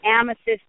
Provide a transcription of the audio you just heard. amethyst